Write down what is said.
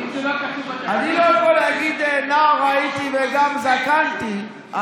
אני לא יכול להגיד נער הייתי וגם זקנתי.